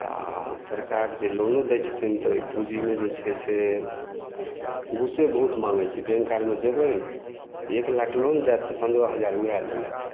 आओर सरकार जे लोनो दै छथिन तऽ ओइ पूँजीमे जे छै से घूसे बहुत माँगय छै बैंक आरमे जेबय जे एक लाख लोन देत तऽ पन्द्रह हजार वएह लेत